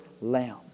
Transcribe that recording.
lamb